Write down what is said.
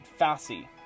Fassi